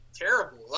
terrible